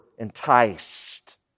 Enticed